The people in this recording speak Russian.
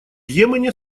йемене